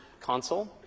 console